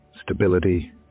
stability